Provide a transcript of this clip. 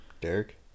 Derek